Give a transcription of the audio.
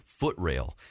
footrail